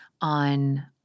on